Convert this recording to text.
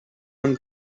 and